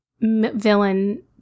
villain